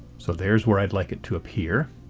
so there's where i'd like it to appear.